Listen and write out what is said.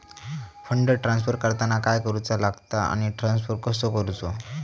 Fund transfer करताना काय करुचा लगता आनी ट्रान्स्फर कसो करूचो?